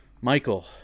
Michael